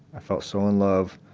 i felt so in love,